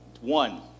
one